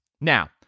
Now